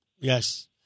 Yes